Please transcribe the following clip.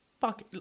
fuck